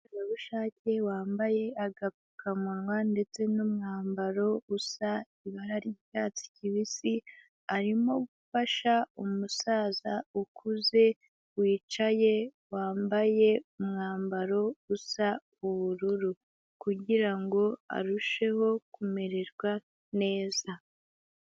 Umukorerabushake wambaye agapfukamunwa ndetse n'umwambaro usa ibara ry'icyatsi kibisi, arimo gufasha umusaza ukuze wicaye wambaye umwambaro usa ubururu, kugira ngo arusheho kumererwa neza.